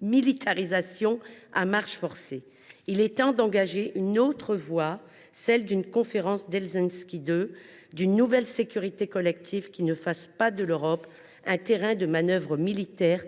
militarisation à marche forcée. Il est temps d’engager une autre voie, celle d’une conférence d’Helsinki 2 imaginant une nouvelle sécurité collective qui ferait de l’Europe non pas un terrain de manœuvres militaires,